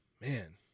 Man